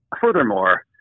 Furthermore